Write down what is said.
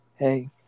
Hey